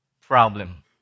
problem